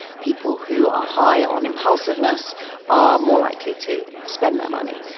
people who are high on impulsiveness are more likely to spend their money.